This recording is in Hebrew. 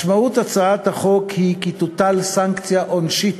משמעות הצעת החוק היא כי תוטל סנקציה עונשית,